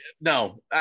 no